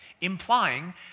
implying